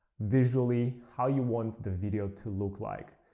visually, how you want the video to look like